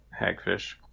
hagfish